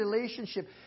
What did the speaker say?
relationship